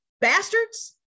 bastards